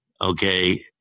okay